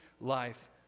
life